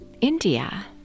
india